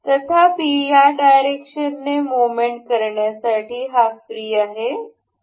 तथापि या डायरेक्शनने मुहमेंट करण्यासाठी हा फ्रि आहे